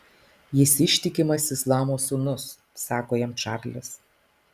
jis ištikimas islamo sūnus sako jam čarlis